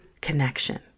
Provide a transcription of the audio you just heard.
connection